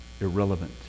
irrelevant